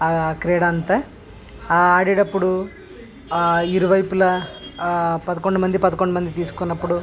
ఆ క్రీడంతా ఆడేటప్పుడు ఇరువైపుల పదకొండు మంది పదకొండు మంది తీసుకున్నపుడు